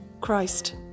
Christ